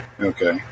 okay